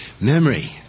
Memory